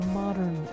modern